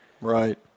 Right